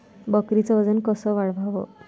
बकरीचं वजन कस वाढवाव?